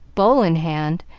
bowl in hand,